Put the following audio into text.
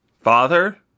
father